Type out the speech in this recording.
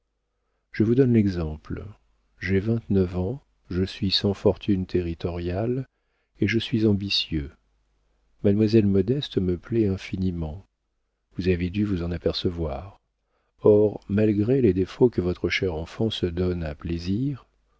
je vous donne l'exemple j'ai vingt-neuf ans je suis sans fortune territoriale et je suis ambitieux mademoiselle modeste me plaît infiniment vous avez dû vous en apercevoir or malgré les défauts que votre chère enfant se donne à plaisir